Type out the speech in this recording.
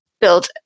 build